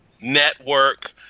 network